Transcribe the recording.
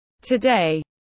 Today